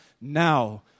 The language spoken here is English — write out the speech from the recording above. Now